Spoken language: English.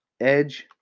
Edge